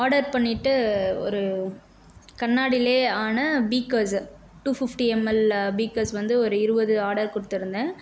order பண்ணிவிட்டு ஒரு கண்ணாடியிலே ஆன beakers two fifty ml beakers வந்து ஒரு இருபது ஆர்டர் கொடுத்துருந்தேன்